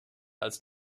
als